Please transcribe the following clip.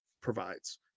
provides